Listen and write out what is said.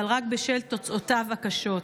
אבל רק בשל תוצאותיו הקשות.